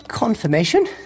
Confirmation